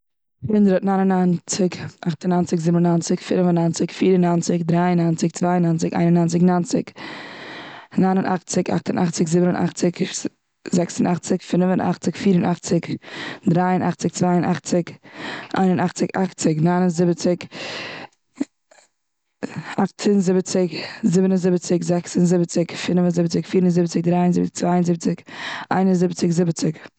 הונדערט, ניין און ניינציג, אכט און ניינציג, זיבן און ניינציג, פינעף און ניינציג, פיר און ניינציג, דריי און ניינציג, צוויי און ניינציג, איין און ניינציג, ניינציג. ניין און אכציג, אכט און אכציג, זיבן און אכציג, זעקס און אכציג, פינעף און אכציג, פיר און אכציג, דריי און אכציג, צוויי און אכציג, איין און אכציג, אכציג. ניין און זיבעציג, אכט און זיבעציג, זיבן און זיבעציג, זעקס און זיבעציג, פינעף און זיבעציג, פיר און זיבעציג, דריי און זיב- צוויי און זיבעציג, איין און זיבעציג, זיבעציג.